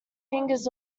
fingers